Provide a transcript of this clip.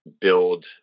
build